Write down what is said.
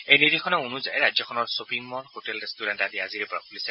এই নিৰ্দেশনা অনুযায়ী ৰাজ্যখনৰ শ্বপিং ম'ল হোটেল ৰেষ্টুৰেণ্ট আদি আজিৰে পৰা খুলিছে